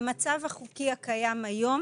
שבמצב החוקי הקיים היום